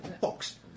Box